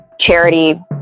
charity